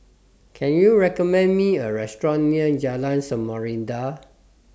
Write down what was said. Can YOU recommend Me A Restaurant near Jalan Samarinda